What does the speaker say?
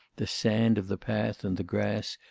the sand of the path and the grass,